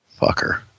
Fucker